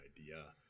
idea